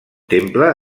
temple